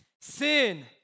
Sin